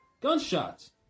Gunshots